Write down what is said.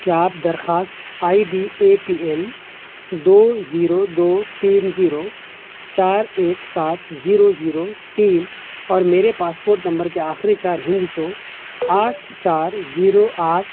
کیا آپ درخواست I D A P L دو زیرو دو تین زیرو چار ایک سات زیرو زیرو تین اور میرے پاسپورٹ نمبر کے آخری چار ہندسوں آٹھ چار زیرو آٹھ